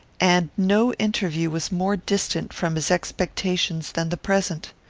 and no interview was more distant from his expectations than the present.